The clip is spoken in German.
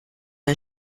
mir